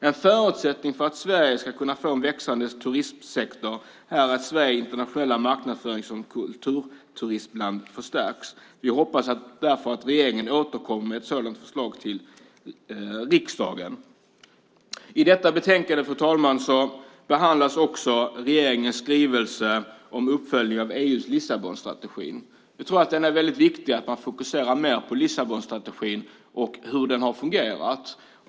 En förutsättning för att Sverige ska kunna få en växande turistsektor är att Sveriges internationella marknadsföring som kulturturismland förstärks. Vi hoppas därför att regeringen återkommer med ett sådant förslag till riksdagen. I detta betänkande, fru talman, behandlas också regeringens skrivelse om uppföljning av EU:s Lissabonstrategi. Jag tror att det är viktigt att fokusera mer på Lissabonstrategin och hur den har fungerat.